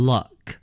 Luck